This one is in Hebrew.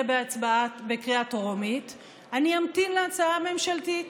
בקריאה טרומית אני אמתין להצעה הממשלתית.